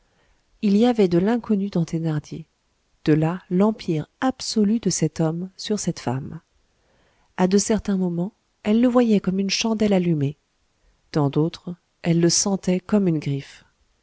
il y avait de l'inconnu dans thénardier de là l'empire absolu de cet homme sur cette femme à de certains moments elle le voyait comme une chandelle allumée dans d'autres elle le sentait comme une griffe